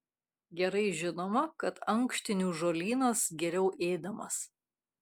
gerai žinoma kad ankštinių žolynas geriau ėdamas